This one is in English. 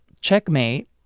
checkmate